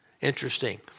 Interesting